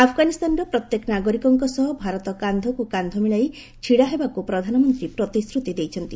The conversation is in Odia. ଆଫ୍ଗାନିସ୍ତାନର ପ୍ରତ୍ୟେକ ନାଗରିକଙ୍କ ସହ ଭାରତ କାନ୍ଧକୁ କାନ୍ଧ ମିଳାଇ ଛିଡ଼ା ହେବାକୁ ପ୍ରଧାନମନ୍ତ୍ରୀ ପ୍ରତିଶ୍ରତି ଦେଇଛନ୍ତି